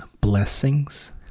blessings